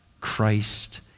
Christ